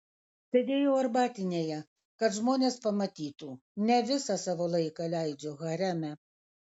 sėdėjau arbatinėje kad žmonės pamatytų ne visą savo laiką leidžiu hareme